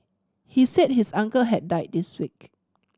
he said his uncle had died this week